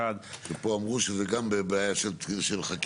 שפה אמרו שזה גם בעיה של חקיקה.